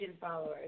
followers